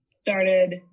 started